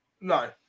No